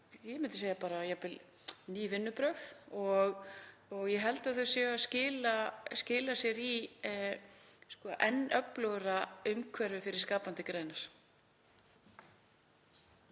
væru jafnvel ný vinnubrögð og ég held að þau séu að skila sér í enn öflugra umhverfi fyrir skapandi greinar.